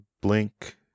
Blink